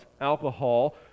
alcohol